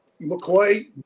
McCoy